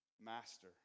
master